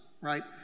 right